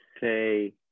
say